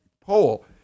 poll